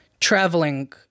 traveling